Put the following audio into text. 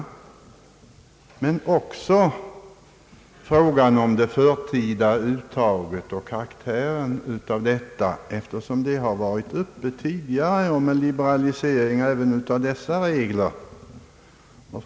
Hit hör emellertid också frågan om det förtida uttaget och karaktären av detta, eftersom frågan om en liberalisering även av dessa regler har varit uppe tidigare.